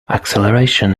acceleration